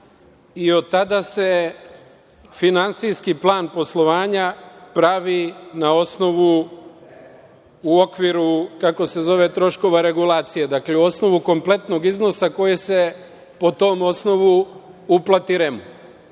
i od tada se Finansijski plan poslovanja pravi na osnovu, u okviru troškova regulacije, dakle, u osnovu kompletnog iznosa koji se po tom osnovu uplati